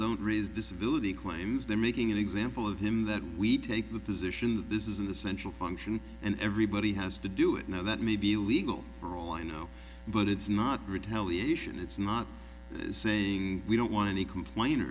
don't receive disability claims they're making an example of him that we take the position that this is an essential function and everybody has to do it now that may be legal for all i know but it's not retaliate and it's not saying we don't want any complain